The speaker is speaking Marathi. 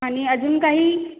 आणि अजून काही